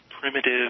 primitive